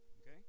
Okay